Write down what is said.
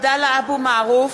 (קוראת בשמות חברי הכנסת) עבדאללה אבו מערוף,